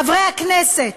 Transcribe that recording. חברי הכנסת,